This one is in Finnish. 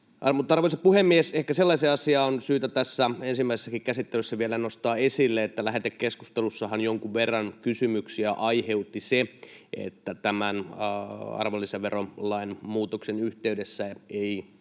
Arvoisa puhemies! Ehkä on syytä tässä ensimmäisessäkin käsittelyssä vielä nostaa esille sellainen asia, että lähetekeskustelussahan jonkun verran kysymyksiä aiheutti se, että tämän arvonlisäverolain muutoksen yhteydessä ei